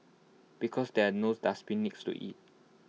because there's no dustbin next to IT